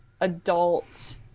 adult